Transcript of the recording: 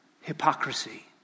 hypocrisy